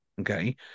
Okay